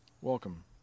welcome